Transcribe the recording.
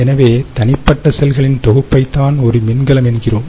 எனவே தனிப்பட்ட செல்களின் தொகுப்பை தான் ஒரு மின்கலம் என்கிறோம்